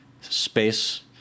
space